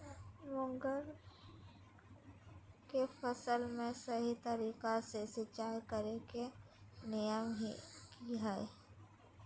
मूंग के फसल में सही तरीका से सिंचाई करें के नियम की हय?